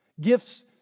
Gifts